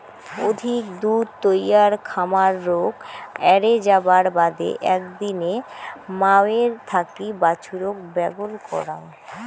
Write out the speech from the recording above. অধিক দুধ তৈয়ার খামার রোগ এ্যারে যাবার বাদে একদিনে মাওয়ের থাকি বাছুরক ব্যাগল করাং